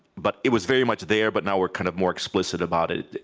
but it was very much there but now we're kind of more explicit about it.